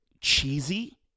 cheesy